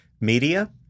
media